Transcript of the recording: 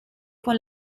con